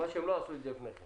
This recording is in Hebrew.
מה שהם לא עשו לפני כן